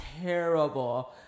terrible